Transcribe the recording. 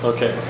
Okay